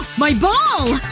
my ball!